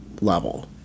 level